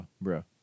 bro